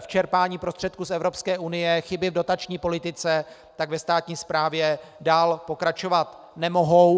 v čerpání prostředků z Evropské unie, chyby v dotační politice, tak ve státní správě dál pokračovat nemohou.